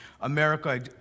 America